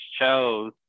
chose